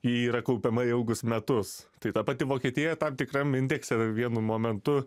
ji yra kaupiama ilgus metus tai ta pati vokietija tam tikram indekse vienu momentu